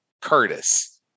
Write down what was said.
Curtis